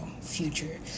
future